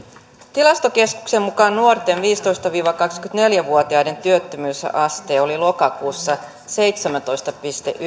tilastokeskuksen mukaan nuorten viisitoista viiva kaksikymmentäneljä vuotiaiden työttömyysaste oli lokakuussa seitsemäntoista pilkku yksi